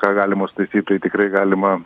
ką galima statyt tai tikrai galima